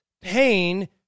pain